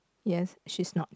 yes she's not